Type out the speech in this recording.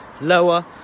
lower